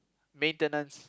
maintenance